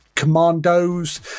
Commandos